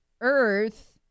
earth